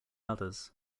others